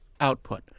output